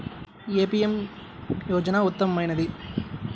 ఏ PM యోజన ఉత్తమమైనది?